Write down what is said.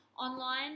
online